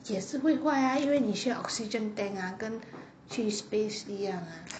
也是会坏 ah 因为你需要 oxygen tank ah 跟去 space 一样 ah